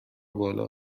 بالا